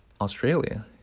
australia